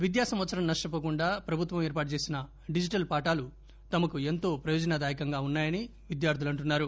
విద్యాసంవత్సరం నష్టపోకుండా ప్రభుత్వం ఏర్పాటు చేసిన డిజిటల్ పారాలు తమకు ఎంతో ప్రయోజనదాయకంగా ఉన్నాయని విదా ర్దులంటున్నారు